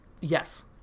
Yes